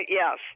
yes